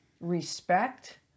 respect